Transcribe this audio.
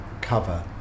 cover